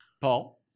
Paul